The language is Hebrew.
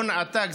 הון עתק.